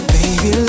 Baby